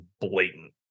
blatant